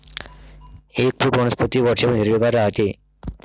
eggfruit वनस्पती वर्षभर हिरवेगार राहते